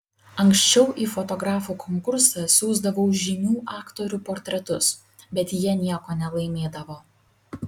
anksčiau į fotografų konkursą siųsdavau žymių aktorių portretus bet jie nieko nelaimėdavo